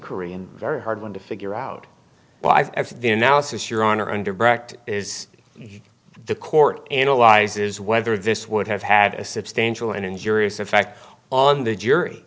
korean very hard one to figure out why the analysis your honor and direct is the court analyzes whether this would have had a substantial and injurious effect on the jury